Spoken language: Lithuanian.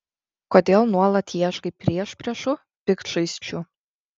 kodėl nuolat ieškai priešpriešų piktžaizdžių